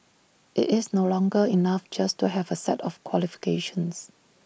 IT is no longer enough just to have A set of qualifications